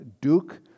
duke